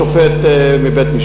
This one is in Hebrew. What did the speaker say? זה שופט מבית-משפט,